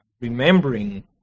remembering